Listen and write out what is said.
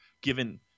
given